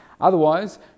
Otherwise